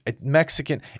Mexican